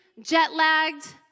jet-lagged